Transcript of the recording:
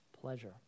pleasure